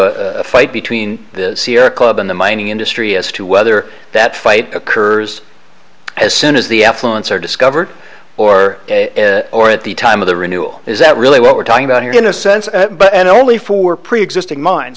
a fight between the sierra club and the mining industry as to whether that fight occurs as soon as the effluence are discovered or or at the time of the renewal is that really what we're talking about here in a sense but only for preexisting minds